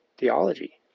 theology